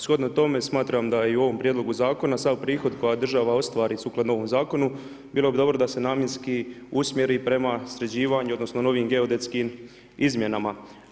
Shodno tome smatram da i u ovom prijedlogu zakona sav prihod koji država ostvari sukladno ovom zakonu bilo bi dobro da se namjenski usmjeri prema sređivanju odnosno novim geodetskim izmjenama.